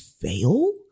fail